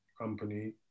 Company